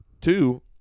two